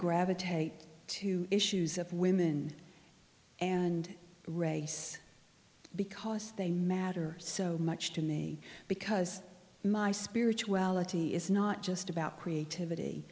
gravitate to issues of women and race because they matter so much to me because my spiritual ality is not just about creativity